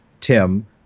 Tim